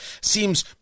seems